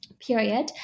Period